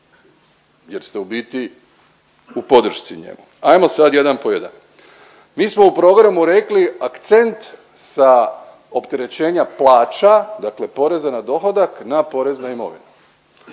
jer ste u biti u podršci njemu. Ajmo sad jedan po jedan. Mi smo u programu rekli akcent sa opterećenja plaća, dakle poreza na dohodak na porez na imovinu.